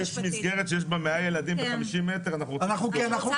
אם יש מסגרת שיש בה 100 ילדים ב-50 מטרים אנחנו רוצים לדעת.